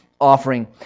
offering